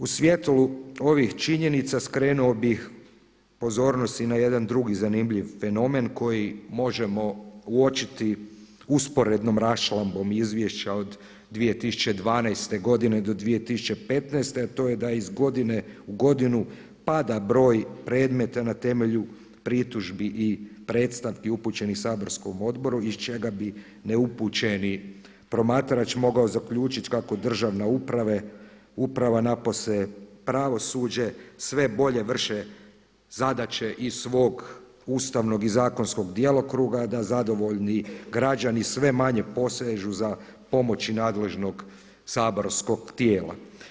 U svjetlu ovih činjenica skrenuo bih pozornost i na jedan drugi zanimljiv fenomen koji možemo uočiti usporednom raščlambom izvješća od 2012. godine do 2015. godine, a to je da je iz godinu i godinu pada broj predmeta na temelju pritužbi i predstavki upućenih saborskom odboru iz čega bi neupućeni promatrač mogao zaključiti kako državna uprava napose pravosuđe sve bolje vrše zadaće iz svog ustavnog i zakonskog djelokruga, da zadovoljni građani sve manje posežu za pomoći nadležnog saborskog tijela.